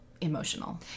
emotional